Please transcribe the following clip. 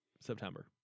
september